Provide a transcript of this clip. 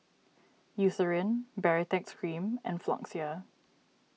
Eucerin Baritex Cream and Floxia